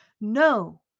No